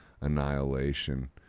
annihilation